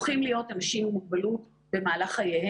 תעסוקת אנשים עם מוגבלות על השולחן היא